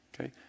Okay